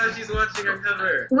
she's watching our cover. wait,